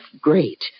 great